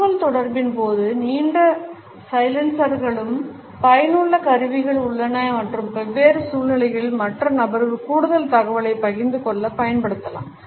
தகவல்தொடர்பின் போது நீண்ட சைலன்சர்களும் பயனுள்ள கருவியில் உள்ளன மற்றும் வெவ்வேறு சூழ்நிலைகளில் மற்ற நபர்களும் கூடுதல் தகவல்களைப் பகிர்ந்து கொள்ள பயன்படுத்தலாம்